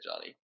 Johnny